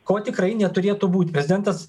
ko tikrai neturėtų būt prezidentas